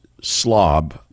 slob